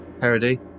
Parody